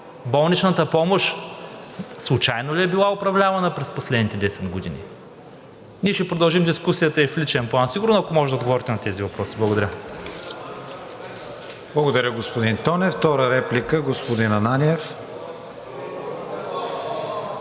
болничната помощ случайно ли е била управлявана през последните 10 години? Ние ще продължим дискусията и в личен план сигурно, ако можете да отговорите на тези въпроси. Благодаря. ПРЕДСЕДАТЕЛ КРИСТИАН ВИГЕНИН: Благодаря, господин Тонев. Втора реплика – господин Ананиев.